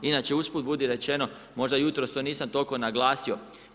Inače usput, budi rečeno, možda jutros to nisam toliko naglasio.